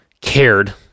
cared